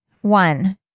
One